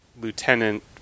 lieutenant